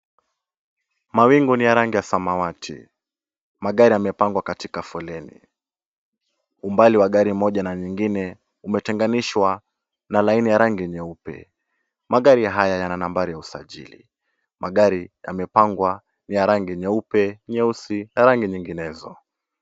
Mawingu ni ya rangi ya samawati. Magari yamepangwa katika foleni. Umbali wa gari moja na nyingine umetengenishwa na laini ya rangi nyeupe. Magari haya yana nambari ya usajili. Magari yamepangwa ni ya rangi nyeupe ,nyeusi na rangi nyinginezo.